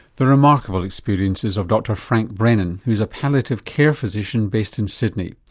the remarkable experiences of dr frank brennan who's a palliative care physician based in sydney.